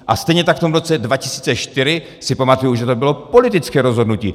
A stejně tak v roce 2004 si pamatuju, že to bylo politické rozhodnutí.